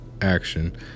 action